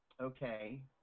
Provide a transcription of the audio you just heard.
okay